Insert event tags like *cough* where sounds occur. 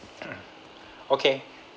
*noise* okay